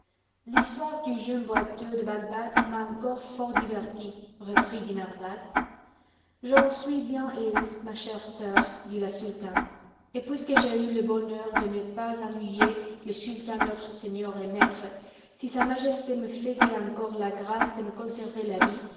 l'histoire du jeune boiteux de bagdad m'a encore fort divertie reprit dinarzade j'en suis bien aise ma chère sœur dit la sultane et puisque j'ai eu le bonheur de ne pas ennuyer le sultan notre seigneur et maître si sa majesté me faisait encore la grâce de me conserver la vie